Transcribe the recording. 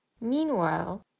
Meanwhile